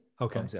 Okay